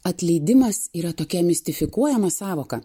atleidimas yra tokia mistifikuojama sąvoka